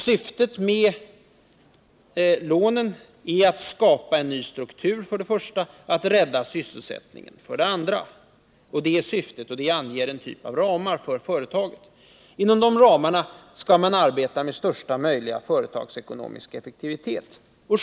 Syftet med lånen är för det första att skapa en ny struktur, för det andra att rädda sysselsättningen, och det anger en typ av ramar för företaget. Inom de ramarna skall man arbeta med största möjliga företagsekonomiska effektivitet.